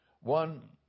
One